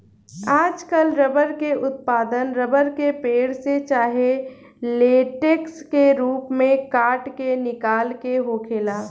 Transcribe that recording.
आजकल रबर के उत्पादन रबर के पेड़, से चाहे लेटेक्स के रूप में काट के निकाल के होखेला